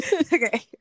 Okay